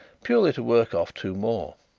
purely to work off two more.